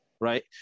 right